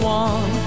one